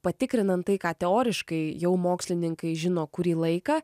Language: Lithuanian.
patikrinant tai ką teoriškai jau mokslininkai žino kurį laiką